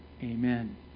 amen